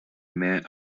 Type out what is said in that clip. man